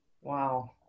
Wow